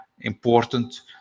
important